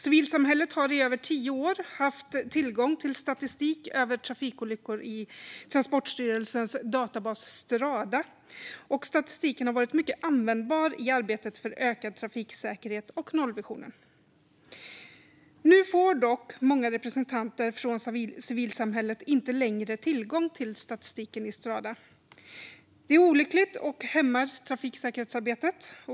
Civilsamhället har i över tio år haft tillgång till statistik över trafikolyckor i Transportstyrelsens databas Strada. Statistiken har varit mycket användbar i arbetet för ökad trafiksäkerhet och nollvisionen. Nu får dock många representanter från civilsamhället inte längre tillgång till statistiken i Strada. Det är olyckligt och hämmar trafiksäkerhetsarbetet.